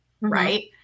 right